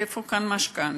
איפה כאן משכנתה?